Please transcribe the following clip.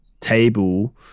table